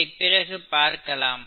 இதை பிறகு பார்க்கலாம்